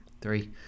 Three